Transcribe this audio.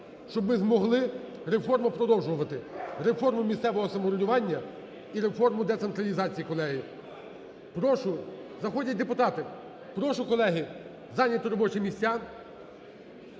щоб ми змогли реформу продовжувати, реформу місцевого самоврядування і реформу децентралізації, колеги. Прошу, заходять депутати, прошу, колеги, зайняти робочі місця